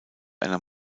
einer